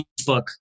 Facebook